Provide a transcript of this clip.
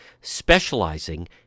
specializing